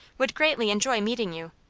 would greatly enjoy meeting you.